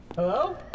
Hello